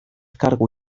kargu